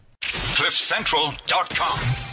cliffcentral.com